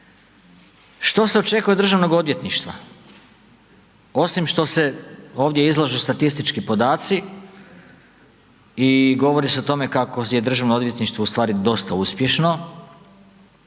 Što se očekuje od Državnog odvjetništva, osim što se ovdje izlažu statistički podaci i govori se o tome kako je Državno odvjetništvo u stvari dosta uspješno?